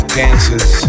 dancers